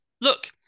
look